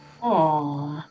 Aw